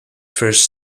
first